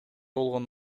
болгон